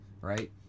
right